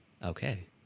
Okay